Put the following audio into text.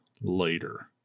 later